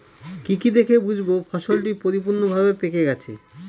কি কি দেখে বুঝব ফসলটি পরিপূর্ণভাবে পেকে গেছে?